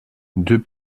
deux